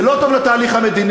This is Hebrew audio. זה לא טוב לתהליך המדיני,